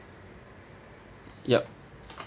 yup